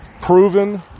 proven